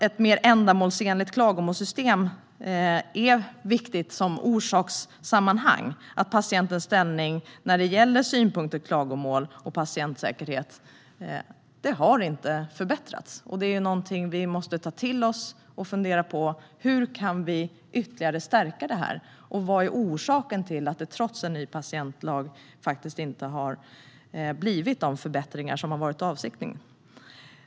Ett mer ändamålsenligt klagomålssystem är viktigt som orsakssammanhang - det handlar om att patientens ställning när det gäller klagomål och patientsäkerhet inte har förbättrats. Vi måste ta till oss det och fundera på hur vi ytterligare kan stärka detta och vad som är orsaken till att det, trots en ny patientlag, inte har blivit de förbättringar som varit avsikten.